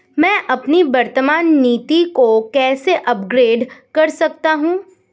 मैं अपनी वर्तमान नीति को कैसे अपग्रेड कर सकता हूँ?